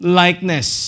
likeness